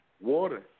water